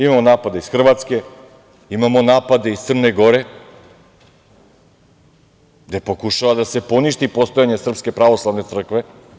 Imamo napade iz Hrvatske, imamo napade iz Crne Gore, gde pokušava da se poništi postojanje Srpske pravoslavne crkve.